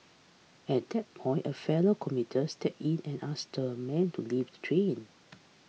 at that point a fellow commuter steps in and asks the man to leave the train